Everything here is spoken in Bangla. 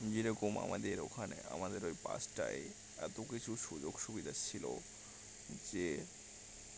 যেরকম আমাদের ওখানে আমাদের ওই পাাসটায় এতো কিছু সুযোগ সুবিধা ছিল যে